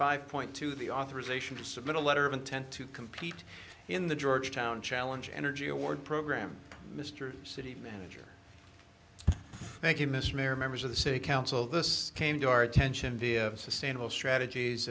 five point to the authorization to submit a letter of intent to compete in the georgetown challenge energy award program mr city manager thank you mr mayor members of the city council this came to our attention via sustainable strategies